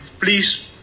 please